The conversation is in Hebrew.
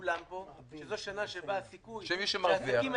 של כולם פה היא שזו שנה שבה הסיכוי -- שמי שמרוויח צריך לשלם.